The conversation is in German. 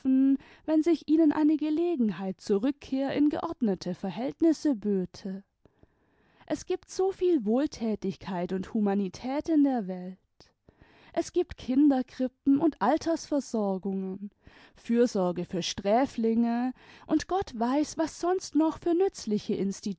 wenn sich ihnen eine gelegenheit zur rückkehr in geordnete verhältnisse böte s gibt so viel wohltätigkeit und humanität in der welt es gibt kinderkrippen imd altersversorgungen fürsorge für sträflinge imd gott weiß was sonst noch für